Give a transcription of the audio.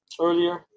earlier